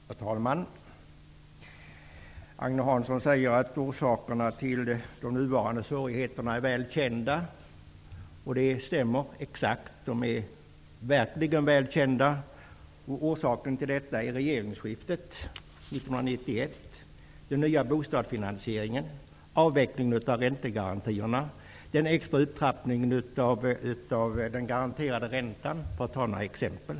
Herr talman! Agne Hansson säger att orsakerna till de nuvarande svårigheterna är väl kända. Det stämmer exakt; de är verkligen väl kända. Orsaken är regeringsskiftet 1991, som medförde ny bostadsfinansiering, avveckling av räntegarantierna, den extra upptrappningen av den garanterade räntan -- för att ta några exempel.